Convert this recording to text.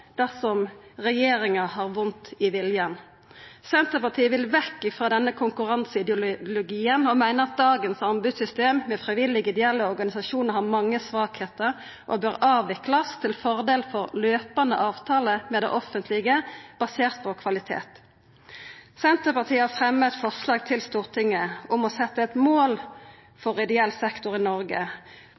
dersom regjeringa har vondt i viljen. Senterpartiet vil vekk frå denne konkurranseideologien og meiner at dagens anbodssystem for frivillige og ideelle organisasjonar har mange svake sider og bør avviklast til fordel for løpande avtalar med det offentlege basert på kvalitet. Senterpartiet har fremja eit forslag til Stortinget om å setja eit mål for ideell sektor i Noreg.